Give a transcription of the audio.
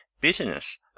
Bitterness